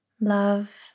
love